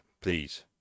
please